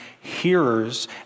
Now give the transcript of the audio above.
hearers